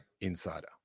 insider